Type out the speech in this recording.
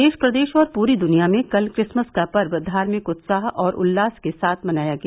देश प्रदेश और पूरी दुनिया में कल क्रिसमस का पर्व धार्मिक उत्साह और उल्लास के साथ मनाया गया